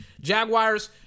Jaguars